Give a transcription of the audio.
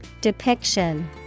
Depiction